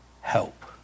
help